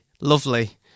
Lovely